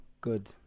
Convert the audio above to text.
Good